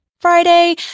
Friday